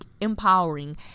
empowering